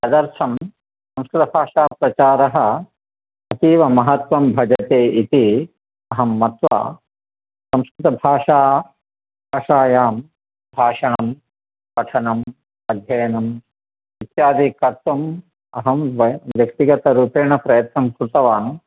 तदर्थं संस्कृतभाषाप्रचारः अतीवमहत्वं भजते इति अहं मत्वा संस्कृतभाषा भाषायां भाषां पठनम् अध्ययनम् इत्यादि कर्तुम् अहं व्यक्तिगतरूपेण प्रयत्नं कृतवान्